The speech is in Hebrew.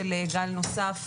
הקודם.